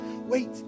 Wait